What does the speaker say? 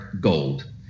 Gold